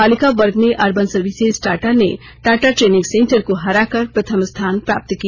बालिका वर्ग में अर्बन सर्विसेज टाटा ने टाटा ट्रेनिंग सेंटर को हराकर प्रथम स्थान प्राप्त किया